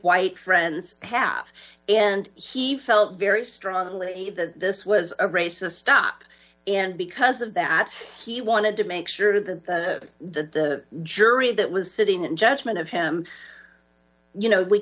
white friends have and he felt very strongly that this was a racist stop and because of that he wanted to make sure that the jury that was sitting in judgment of him you know we